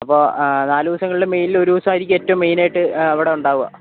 അപ്പോൾ നാല് ദിവസങ്ങളില മെയിനിൽ ഒരു ദിവസമായിരിക്കും ഏറ്റവും മെയിൻ ആയിട്ട് അവിടെ ഉണ്ടാവുക